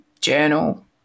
journal